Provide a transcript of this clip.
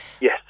Yes